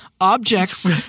objects